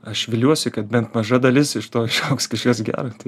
aš viliuosi kad bent maža dalis iš to išaugs kažkas gero tai